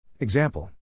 Example